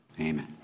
Amen